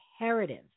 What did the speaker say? imperative